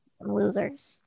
Losers